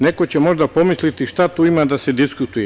Neko će možda pomisliti šta tu ima da se diskutuje.